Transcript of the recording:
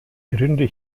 gründe